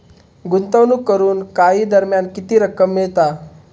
गुंतवणूक करून काही दरम्यान किती रक्कम मिळता?